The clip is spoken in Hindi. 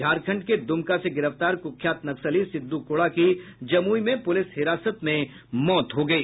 झारखंड के दुमका से गिरफ्तार कुख्यात नक्सली सिद्दो कोढ़ा की जमुई में पुलिस हिरासत में मौत हो गयी